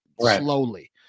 slowly